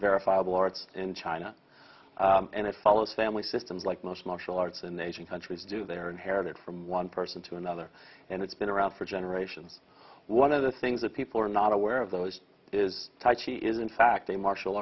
verifiable arts in china and it follows family systems like most martial arts in the asian countries do their inherited from one person to another and it's been around for generations one of the things that people are not aware of those is touchy is in fact a martial